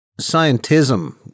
scientism